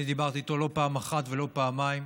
אני דיברתי איתו לא פעם אחת ולא פעמיים,